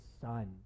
son